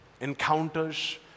encounters